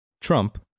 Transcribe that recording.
Trump